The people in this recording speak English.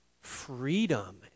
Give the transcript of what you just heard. freedom